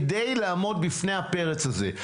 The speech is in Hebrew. כדי לעמוד בפני הפרץ הזה.